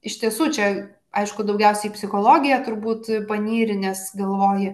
iš tiesų čia aišku daugiausiai į psichologija turbūt panyri nes galvoji